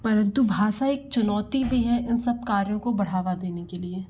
परंतु भाषा एक चुनौती भी है इन सब कार्यों को बढ़ावा देने के लिए